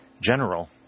General